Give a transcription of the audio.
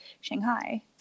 Shanghai